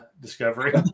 Discovery